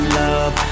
love